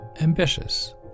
ambitious